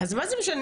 אז מה זה משנה?